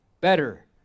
Better